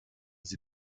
sie